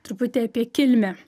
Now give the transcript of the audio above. truputį apie kilmę